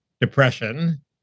depression